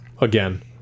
again